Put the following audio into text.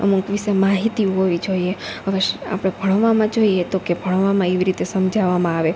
અમુક વિશે માહિતી હોવી જોઈએ હવેશ આપડે ભણવામાં જોઈએ તો કે ભણવામાં એવી રીતે સમજાવામાં આવે